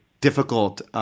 difficult